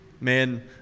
Man